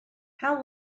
how